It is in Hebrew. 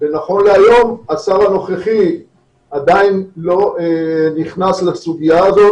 ונכון להיום השר הנוכחי עדיין לא נכנס לסוגיה הזאת